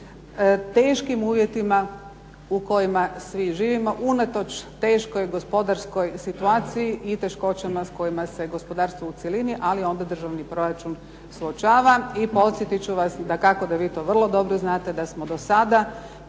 teškim uvjetima u kojima svi živimo, unatoč teškoj gospodarskoj situaciji i teškoćama s kojima se gospodarstvo u cjelini, ali onda i državni proračun suočava. I podsjetit ću vas dakako da vi to vrlo dobro znate, da smo do sada